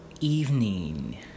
evening